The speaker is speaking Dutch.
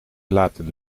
laten